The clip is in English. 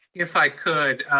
yeah if i could,